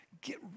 Get